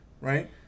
right